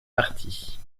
parties